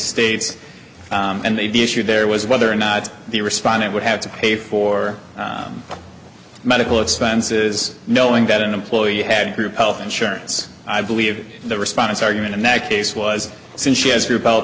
states and they the issue there was whether or not the respondent would have to pay for medical expenses knowing that an employee had group health insurance i believe the response argument in that case was since she has group health